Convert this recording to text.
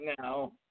now